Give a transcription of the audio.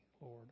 Lord